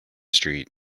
street